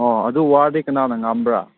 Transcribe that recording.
ꯑꯣ ꯑꯗꯨꯋꯥꯔꯤ ꯀꯅꯥꯅ ꯉꯥꯡꯕ꯭ꯔꯥ